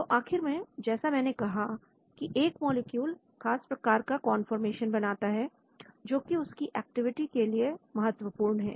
तो आखिर में जैसा मैंने कहा की एक मॉलिक्यूल खास प्रकार का कौनफॉरमेशन बनाता है जोकि उसकी एक्टिविटी के लिए महत्वपूर्ण है